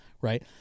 right